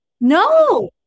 No